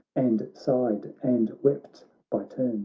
and sighed and wept by